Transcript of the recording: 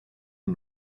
and